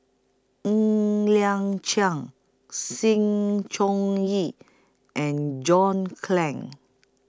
Ng Liang Chiang Sng Choon Yee and John Clang